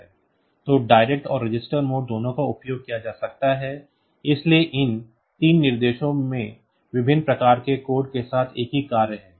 तो डायरेक्ट और register mode दोनों का उपयोग किया जा सकता है इसलिए इन तीन निर्देशों में विभिन्न प्रकार के कोड के साथ एक ही कार्य है